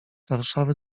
warszawy